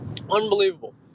Unbelievable